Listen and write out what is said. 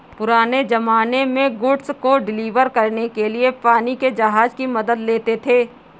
पुराने ज़माने में गुड्स को डिलीवर करने के लिए पानी के जहाज की मदद लेते थे